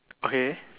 okay